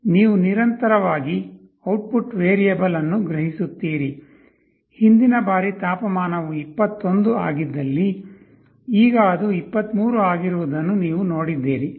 ನೀವು ನಿರಂತರವಾಗಿ output variable ಅನ್ನು ಗ್ರಹಿಸುತ್ತೀರಿ ಹಿಂದಿನ ಬಾರಿ ತಾಪಮಾನವು 21 ಆಗಿದ್ದಲ್ಲಿ ಈಗ ಅದು 23 ಆಗಿರುವುದನ್ನು ನೀವು ನೋಡಿದ್ದೀರಿ